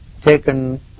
taken